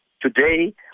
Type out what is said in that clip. today